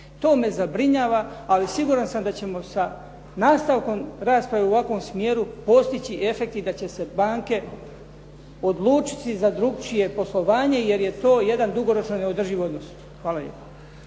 To me zabrinjava ali siguran sam da ćemo sa nastavkom rasprave u ovakvom smjeru postići efekt i da će se banke odlučiti za drugačije poslovanje jer je to jedan dugoročno neodrživ odnos. Hvala lijepa.